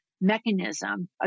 mechanism